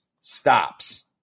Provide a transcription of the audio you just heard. stops